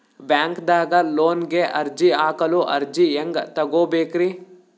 ಬ್ಯಾಂಕ್ದಾಗ ಲೋನ್ ಗೆ ಅರ್ಜಿ ಹಾಕಲು ಅರ್ಜಿ ಹೆಂಗ್ ತಗೊಬೇಕ್ರಿ?